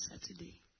Saturday